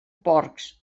porcs